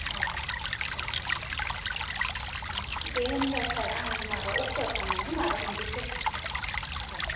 अ औ औ अ दे होमब्ला सार आं माबा अफिसाव थांनानै माबा हैनोसै प्रसेसखौ औ